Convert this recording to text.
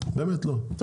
לשמוע.